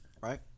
Right